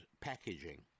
packaging